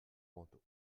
manteau